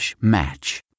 match